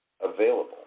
available